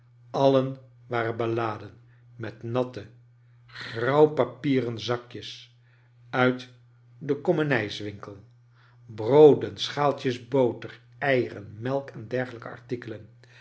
alien waren beladen met natte grauw papieren zakjes uit den komenijswinkel brooden schaaltjes boter eieren melk en dergelijke artikelen